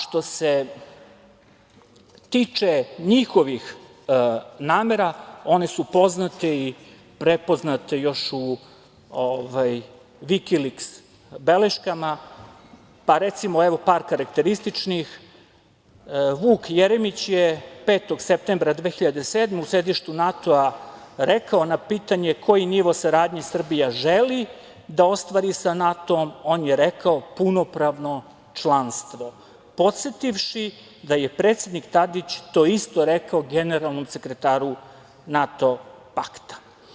Što se tiče njihovih namera one su poznate i prepoznate još u Vikiliks beleškama, pa recimo evo par karakterističnih – Vuk Jeremić je 5. septembra 2007. godine u sedištu NATO rekao na pitanje – koji nivo saradnje Srbija želi da ostvari sa NATO, on je rekao – punopravno članstvo, podsetivši da je predsednik Tadić to isto rekao generalnom sekretaru NATO pakta.